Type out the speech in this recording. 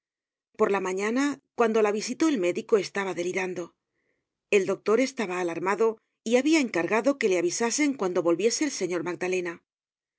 por la mañana cuando la visitó e médico estaba delirando el doctor estaba alarmado y habia encargado que le avisasen cuando volviese el señor magdalena